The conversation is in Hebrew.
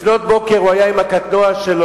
לפנות בוקר הוא היה עם הקטנוע שלו,